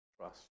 trust